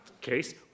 case